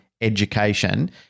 education